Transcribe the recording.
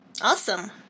Awesome